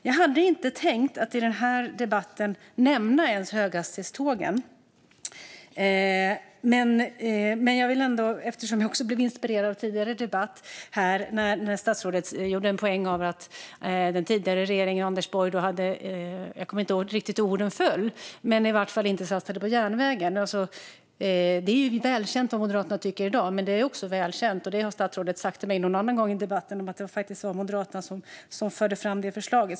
Jag hade inte tänkt att ens nämna höghastighetstågen i den här debatten. Men jag blev som sagt inspirerad av den tidigare debatten. Jag kommer inte ihåg de exakta orden, men statsrådet gjorde en poäng av att den tidigare regeringen och Anders Borg i varje fall inte satsade på järnvägen. Det är välkänt vad Moderaterna tycker i dag. Men det är också välkänt, vilket statsrådet har sagt till mig någon gång i en debatt, att det faktiskt var Moderaterna som förde fram det förslaget.